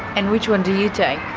and which one do you take?